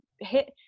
hit